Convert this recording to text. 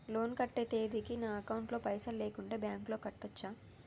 Loan కట్టే తేదీకి నా అకౌంట్ లో పైసలు లేకుంటే బ్యాంకులో కట్టచ్చా?